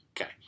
Okay